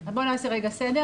בואו נעשה סדר,